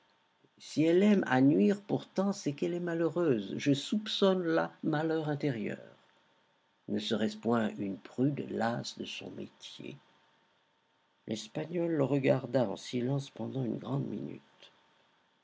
si elle aime à nuire pourtant c'est qu'elle est malheureuse je soupçonne là malheur intérieur ne serait-ce point une prude lasse de son métier l'espagnol le regarda en silence pendant une grande minute